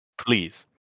Please